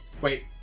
Wait